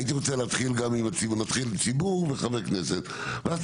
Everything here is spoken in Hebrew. הייתי רוצה להתחיל עם ציבור וחברי כנסת ואז